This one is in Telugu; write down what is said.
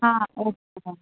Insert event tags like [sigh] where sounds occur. ఓకే డా [unintelligible]